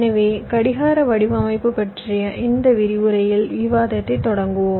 எனவே கடிகார வடிவமைப்பு பற்றிய இந்த விரிவுரையில் விவாதத்தைத் தொடங்குவோம்